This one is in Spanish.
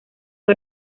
fue